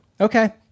Okay